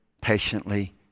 patiently